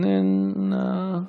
איננה,